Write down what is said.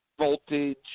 voltage